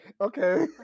Okay